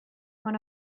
one